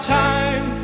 time